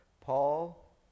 Paul